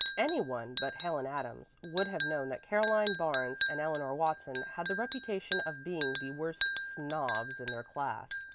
any one but helen adams would have known that caroline barnes and eleanor watson had the reputation of being the worst snobs in their class,